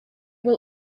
will